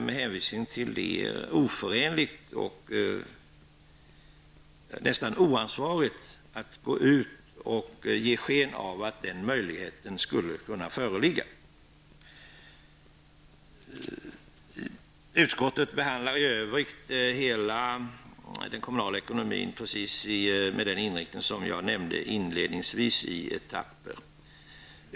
Med det samhällsekonomiska läget är det nästan oansvarigt att gå ut och ge sken av att denna möjlighet skulle kunna föreligga. Utskottet behandlar i övrigt hela den kommunala ekonomin med den inriktning som jag nämnde inledningsvis, nämligen i etapper.